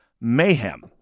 mayhem